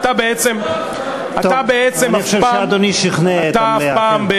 אתה בעצם אף פעם,